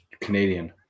Canadian